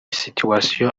situation